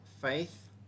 faith